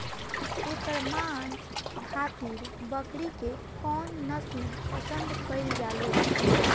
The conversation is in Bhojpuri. एकर मांस खातिर बकरी के कौन नस्ल पसंद कईल जाले?